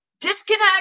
disconnect